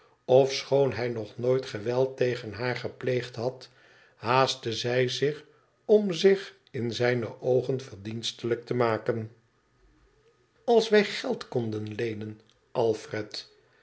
ofschoon hij nog nooit geweld tegen haar gepleegd had haastte zij zich om zich in zijne oogen verdienstelijk te maken als wij geld konden leenen alfred